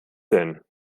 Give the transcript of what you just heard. denn